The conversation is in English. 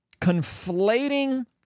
conflating